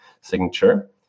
signature